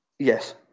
Yes